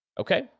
Okay